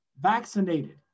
vaccinated